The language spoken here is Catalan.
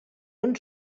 ens